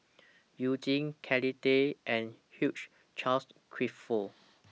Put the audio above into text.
YOU Jin Kelly Tang and Hugh Charles Clifford